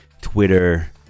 Twitter